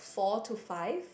four to five